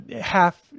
half